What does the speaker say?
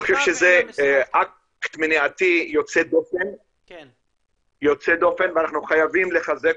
אני חושב שזה אקט מניעתי יוצא דופן ואנחנו חייבים לחזק